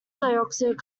dioxide